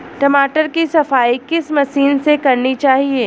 टमाटर की सफाई किस मशीन से करनी चाहिए?